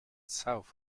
south